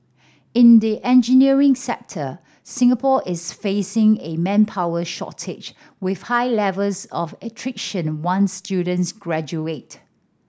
in the engineering sector Singapore is facing a manpower shortage with high levels of once students graduate